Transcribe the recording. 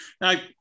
Now